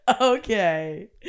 Okay